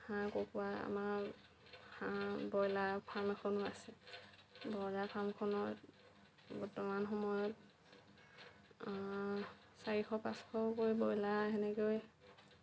হাঁহ কুকুৰা আমাৰ হাঁহ ব্ৰইলাৰৰ ফাৰ্ম এখনো আছে ব্ৰইলাৰ ফাৰ্মখনত বৰ্তমান সময়ত চাৰিশ পাঁচশ কৈ ব্ৰইলাৰ সেনেকৈ